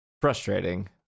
frustrating